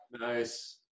Nice